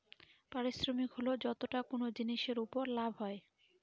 পারিশ্রমিক হল যতটা কোনো জিনিসের উপর লাভ হয়